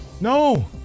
No